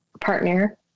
partner